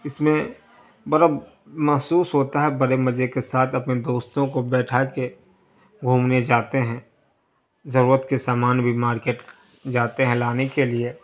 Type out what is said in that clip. اس میں بڑا محسوس ہوتا ہے بڑے مزے کے ساتھ اپنے دوستوں کو بیٹھا کے گھومنے جاتے ہیں ضرورت کے سامان بھی مارکٹ جاتے ہیں لانے کے لیے